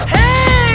Hey